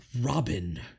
Robin